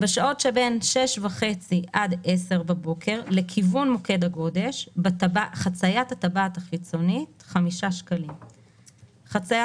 6:30 עד 10:00 לכיוון מוקד הגודש טבעת חיצונית 5 טבעת